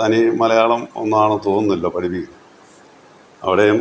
തനി മലയാളം ഒന്നാമത് എന്നൊന്നും തോന്നുന്നില്ല പഠിപ്പിക്കുന്നത് അവിടെയും